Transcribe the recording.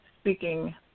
speaking